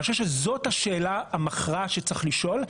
אני חושב שזו השאלה המכרעת שצריך לשאול,